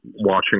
watching